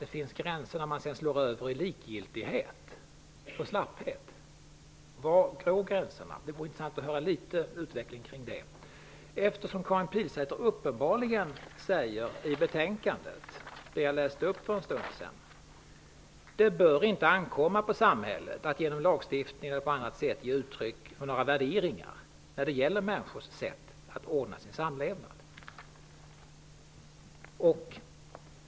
Det finns gränser för när man sedan slår över i likgiltighet och slapphet. Var går gränserna? Det behövs litet utveckling kring den frågan. Karin Pilsäter säger uppenbarligen samma sak som jag läste upp ur betänkandet för en stund sedan, nämligen att det bör inte ankomma på samhället att genom lagstiftning eller på annat sätt ge uttryck för några värderingar när det gäller människors sätt att ordna sin samlevnad.